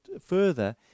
further